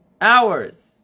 hours